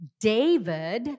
David